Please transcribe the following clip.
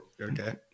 okay